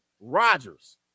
Rodgers